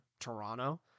Toronto